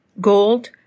gold